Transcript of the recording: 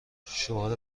شعار